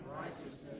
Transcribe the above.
righteousness